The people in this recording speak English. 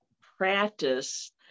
practice